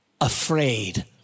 afraid